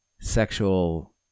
sexual